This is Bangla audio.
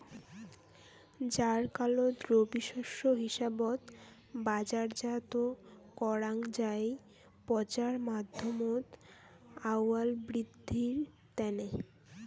জ্বারকালত রবি শস্য হিসাবত বাজারজাত করাং যাই পচার মাধ্যমত আউয়াল বিদ্ধির তানে